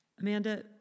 Amanda